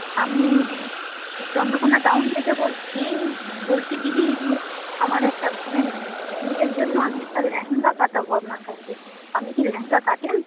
আমি চন্দ্রকোনা টাউন থেকে বলছি বলছি দিদি আমার একটা বোনের বিয়ের জন্যে আমি একটা লেহেঙ্গা কাটাবো আপনার কাছে আপনি কি লেহেঙ্গা কাটেন